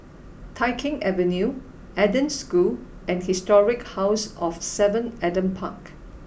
Tai Keng Avenue Eden School and Historic House of Seven Adam Park